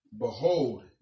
behold